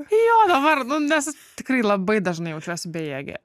jo dabar nu nes tikrai labai dažnai jaučiuosi bejėgė